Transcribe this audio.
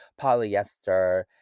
polyester